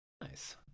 Nice